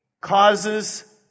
causes